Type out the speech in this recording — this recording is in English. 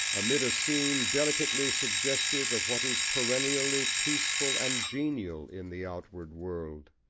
amid a scene delicately suggestive of what is perennially peaceful and genial in the outward world.